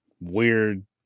weird